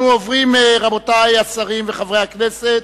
רבותי השרים וחברי הכנסת,